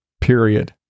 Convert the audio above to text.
Period